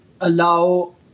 allow